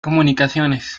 comunicaciones